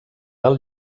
del